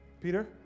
Peter